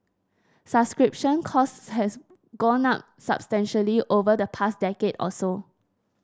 subscription costs has gone up substantially over the past decade or so